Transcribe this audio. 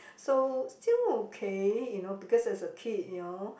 so still okay you know because as a kid you know